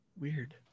Weird